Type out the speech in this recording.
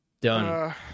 Done